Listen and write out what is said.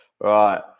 Right